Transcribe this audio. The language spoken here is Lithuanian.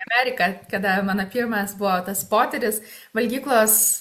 ameriką kada mano pirmas buvo tas potyris valgyklos